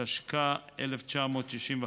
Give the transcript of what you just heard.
התשכ"ה 1965,